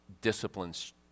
disciplines